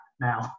now